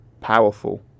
powerful